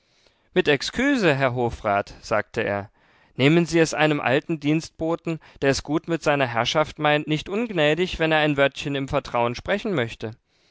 mit exküse herr hofrat sagte er nehmen sie es einem alten dienstboten der es gut mit seiner herrschaft meint nicht ungnädig wenn er ein wörtchen im vertrauen sprechen möchte